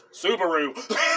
Subaru